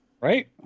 Right